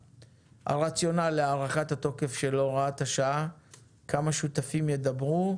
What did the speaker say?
הרציונל להארכת התוקף של הוראת השעה וכמה שותפים ידברו.